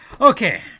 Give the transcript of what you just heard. Okay